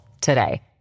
today